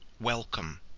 welcome